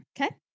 Okay